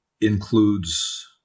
includes